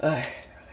哎